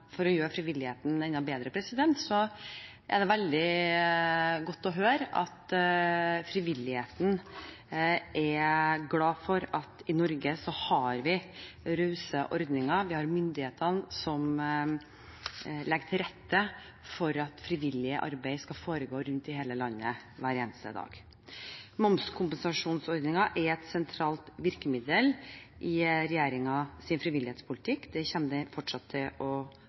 for å gjøre frivilligheten enda bedre, er det veldig godt å høre at frivilligheten er glad for at vi i Norge har rause ordninger. Vi har myndigheter som legger til rette for at frivillig arbeid skal foregå i hele landet, hver eneste dag. Momskompensasjonsordningen er et sentralt virkemiddel i regjeringens frivillighetspolitikk. Det kommer den fortsatt til å